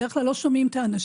בדרך כלל לא שומעים את האנשים.